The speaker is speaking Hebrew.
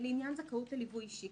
לעניין זכאות לליווי אישי,